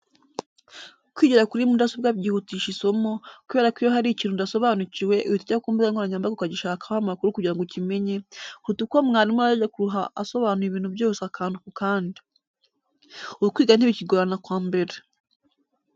Kwigira kuri mudasobwa byihutisha isomo, kubera ko iyo hari ikintu udasobanukiwe, uhita ujya ku mbuga nkoranyambaga ukagishakaho amakuru kugira ngo ukimenye, kuruta uko mwarimu arajya kuruha asobanura ibintu byose akantu ku kandi. Ubu kwiga ntibikigorana nka mbere.